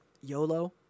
YOLO